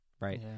Right